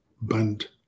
band